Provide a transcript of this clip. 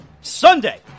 Sunday